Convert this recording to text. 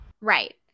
Right